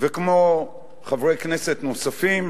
וכמו חברי כנסת נוספים.